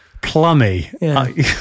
plummy